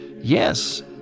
Yes